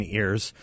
ears